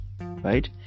right